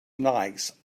nice